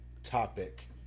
Topic